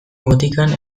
botikan